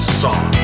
song